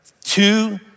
two